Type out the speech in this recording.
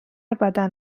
بدن